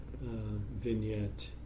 vignette